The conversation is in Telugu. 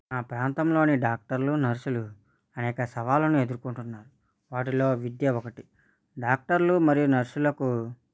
మా ప్రాంతంలోని డాక్టర్లు నర్సులు అనేక సవాళ్ళను ఎదురు కుంటున్నారు వాటిలో విద్య ఒక్కటి డాక్టర్లు మరియు నర్సులకు